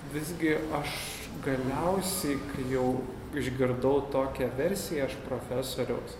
visgi aš galiausiai jau išgirdau tokią versiją iš profesoriaus